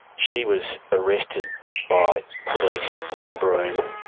she was arrested by police in broome,